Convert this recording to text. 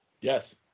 Yes